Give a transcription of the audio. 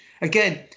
Again